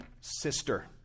sister